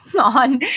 on